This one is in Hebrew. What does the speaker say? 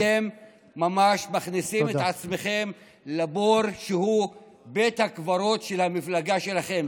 אתם ממש מכניסים את עצמכם לבור שהוא בית הקברות של המפלגה שלכם.